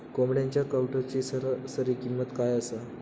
कोंबड्यांच्या कावटाची सरासरी किंमत काय असा?